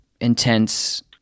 intense